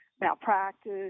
malpractice